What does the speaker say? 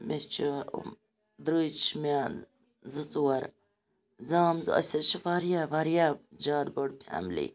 مےٚ چھُ درٛوی چھِ مےٚ زٕ ژور زام أسۍ حظ چھِ واریاہ واریاہ زیادٕ بٔڑ فیملی